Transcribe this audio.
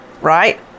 Right